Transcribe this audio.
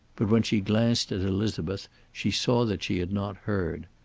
but when she glanced at elizabeth she saw that she had not heard.